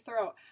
throat